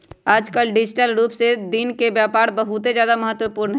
आजकल डिजिटल रूप से दिन के व्यापार बहुत ज्यादा महत्वपूर्ण हई